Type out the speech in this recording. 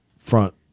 front